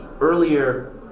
earlier